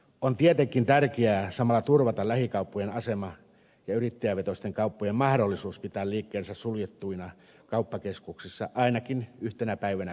on tietenkin tärkeää samalla turvata lähikauppojen asema ja yrittäjävetoisten kauppojen mahdollisuus pitää liikkeensä suljettuina kauppakeskuksissa ainakin yhtenä päivänä viikossa